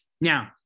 Now